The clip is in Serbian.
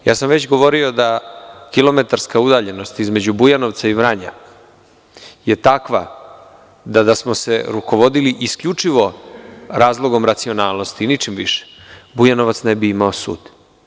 Već sam govorio da kilometarska udaljenost između Bujanovca i Vranja je takva da da smo se rukovodili isključivo razlogom racionalnosti i ničim više Bujaovac ne bi imao sud.